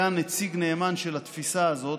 היה נציג נאמן של התפיסה הזאת,